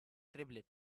triplet